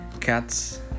cats